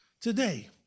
today